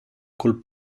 col